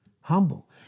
Humble